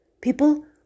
People